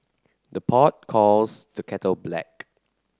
the pot calls the kettle black